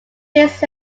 his